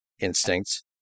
instincts